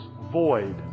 void